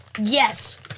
Yes